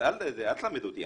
אז אל תלמד אותי.